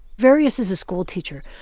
verius is a schoolteacher,